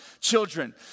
children